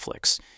Netflix